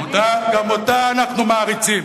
גם אותה אנחנו מעריצים.